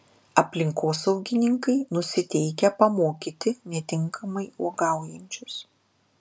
aplinkosaugininkai nusiteikę pamokyti netinkamai uogaujančius